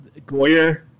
Goyer